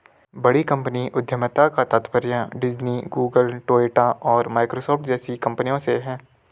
बड़ी कंपनी उद्यमिता का तात्पर्य डिज्नी, गूगल, टोयोटा और माइक्रोसॉफ्ट जैसी कंपनियों से है